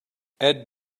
add